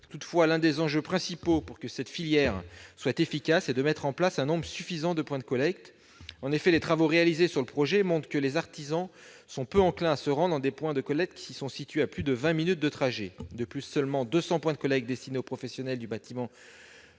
Toutefois, l'un des enjeux principaux pour que cette filière soit efficace est de mettre en place un nombre suffisant de points de collecte. Les travaux réalisés sur le projet montrent que les artisans sont peu enclins à se rendre dans des points de collecte situés à plus de vingt minutes de trajet et seulement 200 points de collecte destinés aux professionnels du bâtiment